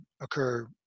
occur